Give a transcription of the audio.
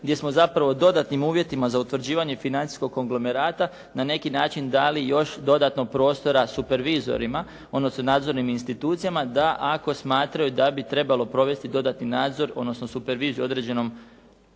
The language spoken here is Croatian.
gdje smo zapravo dodatnim uvjetima za utvrđivanje financijskog konglomerata na neki način dali još dodatno prostora supervizorima odnosno nadzornim institucijama da ako smatraju da bi trebalo provesti dodatni nadzor odnosno superviziju u određenoj